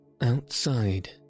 Outside